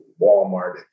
Walmart